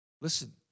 Listen